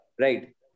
right